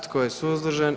Tko je suzdržan?